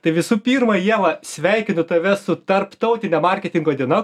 tai visų pirma ieva sveikinu tave su tarptautine marketingo diena